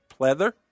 pleather